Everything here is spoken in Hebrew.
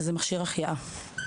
מכשיר החייאה.